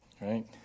right